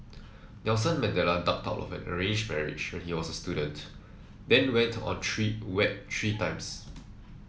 Nelson Mandela ducked out of an arranged marriage when he was a student then went on three wed three times